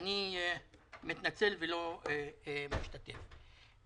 אני מתנצל ולא משתתף.